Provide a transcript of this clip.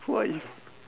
what if